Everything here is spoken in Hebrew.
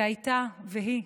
והייתה, והיא,